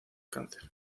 cáncer